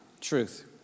truth